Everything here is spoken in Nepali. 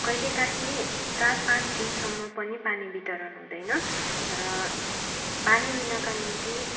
कहिलेकाहीँ चार पाँच दिनसम्म पनि पानी वितरण हुँदैन र पानी लिनका निम्ति